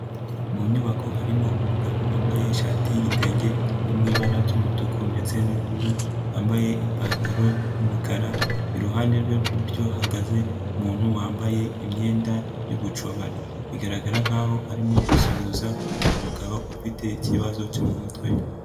Mu nyubako harimo umugabo wambaye ishati y'igitenge iri mu ibara ry'umutuku, ndetse n'ubururu, wambaye ipantaro y'umukara, iruhande rwe rw'iburyo hahagaze umuntu wambaye imyenda y'ubucobari, bigaragara nk'aho arimo gusuhuza umugabo ufite ikibazo cyo mu mutwe.